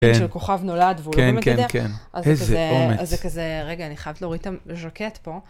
בן של כוכב נולד, והוא יודע מגדר. אז זה כזה, רגע, אני חייבת להוריד את הז'קט פה.